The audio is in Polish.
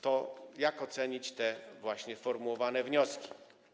To jak ocenić te właśnie formułowane wnioski?